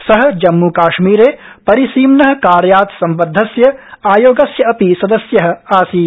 स जम्मूकाश्मीरे परिसीम्न कार्यात् सम्बद्धस्य आयोगस्य अपि सदस्य आसीत्